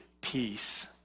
peace